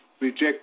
reject